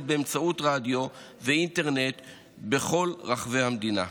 באמצעות רדיו ואינטרנט בכל רחבי המדינה.